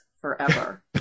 forever